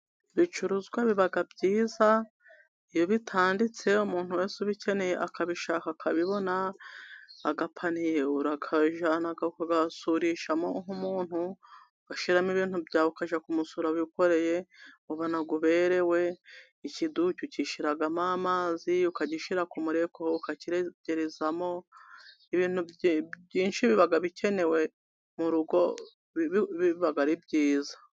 Ibicuruzwa biba byiza, iyo bitanditse umuntu wese ubikeneye akabishaka akabibona, agapaniye urakajyana kugasurishamo nk'umuntu, washyiramo ibintu byawe ukajya kumusura wikoreye, ubona uberewe, ikiduki ushiramo amazi, ukagishyira ku mureko, ukakigerezamo, ibintu byinshi biba bikenewe mu rugo bibaba ari byiza.